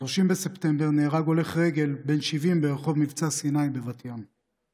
ב-30 בספטמבר נהרג הולך רגל בן 70 ברחוב מבצע סיני בבת ים.